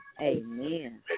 Amen